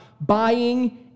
buying